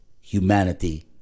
humanity